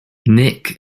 nick